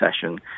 session